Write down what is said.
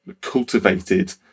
cultivated